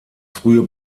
frühe